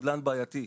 קבלן בעייתי,